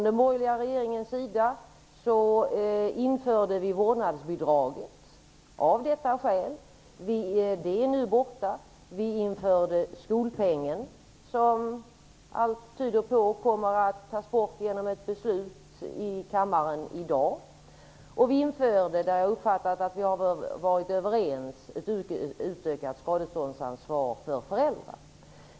Den borgerliga regeringen införde vårdnadsbidraget av detta skäl. Det är nu borta. Vi införde skolpengen. Men allt tyder på att den kommer att tas bort genom ett beslut i kammaren i dag. Jag har vidare uppfattat att vi har varit överens om ett utökat skadeståndsansvar för föräldrar.